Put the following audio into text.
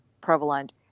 prevalent